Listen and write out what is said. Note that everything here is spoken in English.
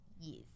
Yes